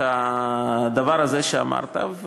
הדבר הזה שאמרת,